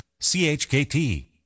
CHKT